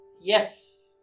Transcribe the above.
Yes